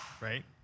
right